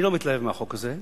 אני לא מתלהב מהחוק הזה,